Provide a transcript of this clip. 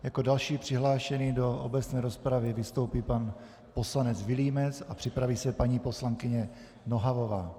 Jako další přihlášený do obecné rozpravy vystoupí pan poslanec Vilímec a připraví se paní poslankyně Nohavová.